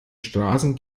straßen